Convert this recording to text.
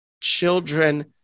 children